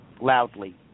loudly